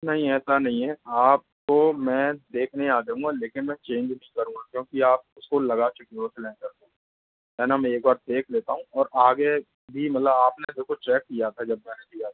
नहीं ऐसा नहीं है आपको मैं देखने आ जाऊँगा लेकिन मैं चेंज नहीं करूंगा क्योंकि आप उसको लगा चुके हो सिलेंडर को है न मैं एक बार देख लेता हूँ और आगे भी मतलब आप उसको चेक किया था जब मैंने दिया था